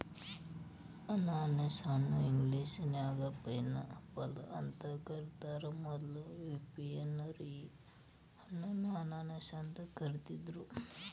ಅನಾನಸ ಹಣ್ಣ ಇಂಗ್ಲೇಷನ್ಯಾಗ ಪೈನ್ಆಪಲ್ ಅಂತ ಕರೇತಾರ, ಮೊದ್ಲ ಯುರೋಪಿಯನ್ನರ ಈ ಹಣ್ಣನ್ನ ಅನಾನಸ್ ಅಂತ ಕರಿದಿದ್ರು